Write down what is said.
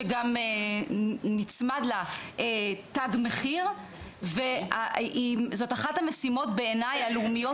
שגם נצמד לה תג מחיר וזאת אחת המשימות בעייני הלאומיות